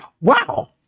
wow